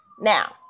Now